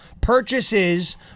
purchases